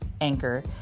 Anchor